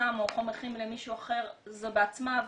סם או חומר כימי למישהו אחר זו בעצמה עבירה.